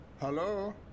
Hello